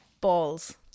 balls